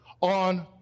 on